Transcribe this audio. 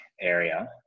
area